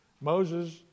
Moses